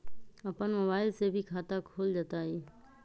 अपन मोबाइल से भी खाता खोल जताईं?